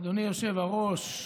אדוני היושב-ראש,